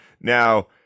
now